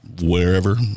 wherever